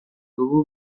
dugu